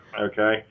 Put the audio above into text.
okay